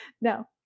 No